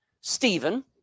Stephen